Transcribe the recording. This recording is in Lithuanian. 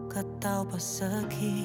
kad tau pasakyt